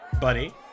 buddy